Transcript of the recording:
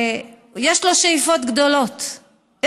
יש לו שאיפות גדולות.